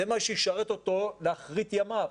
זה מה שישרת אותו באחרית ימיו